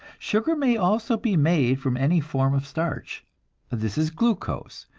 sugar may also be made from any form of starch this is glucose,